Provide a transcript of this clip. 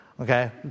Okay